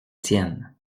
tiennes